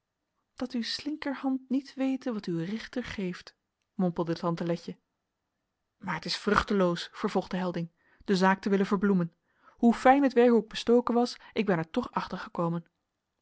dat uw slinkerhand niet wete wat uw rechter geeft mompelde tante letje maar het is vruchteloos vervolgde helding de zaak te willen verbloemen hoe fijn het werk ook bestoken was ik ben er toch achter gekomen